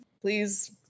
please